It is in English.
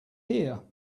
here